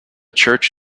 church